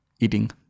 eating